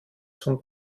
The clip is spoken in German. zum